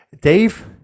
dave